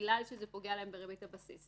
בגלל שזה פוגע להם בריבית הבסיס.